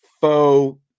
faux